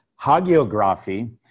Hagiography